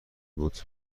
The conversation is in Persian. بود